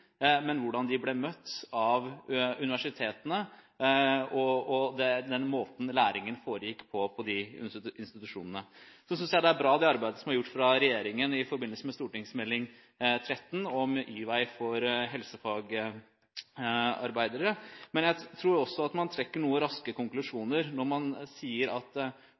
men hvordan de ble møtt av universitetene, og den måten læringen foregikk på i institusjonene. Så synes jeg det er bra det arbeidet som er gjort av regjeringen i forbindelse med Meld. St. 13 for 2011–2012, om Y-vei for helsefagarbeidere. Men jeg tror man trekker noen raske konklusjoner når man sier at